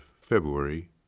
February